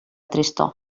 tristor